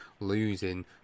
losing